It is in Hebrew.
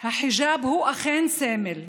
אכן סמל,